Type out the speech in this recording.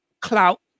clout